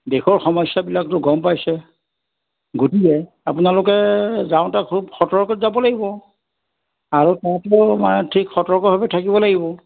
দেশৰ সমস্যাবিলাকটো গম পাইছে গতিকে আপোনালোকে যাওঁতে খুব সতৰ্কত যাব লাগিব আৰু ঠিক সতৰ্কভাৱে থাকিব লাগিব